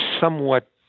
somewhat